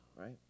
Right